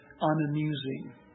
unamusing